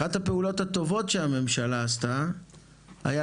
אחת הפעולות הטובות שהממשלה עשתה הייתה